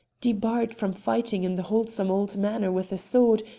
debarred from fighting in the wholesome old manner with the sword,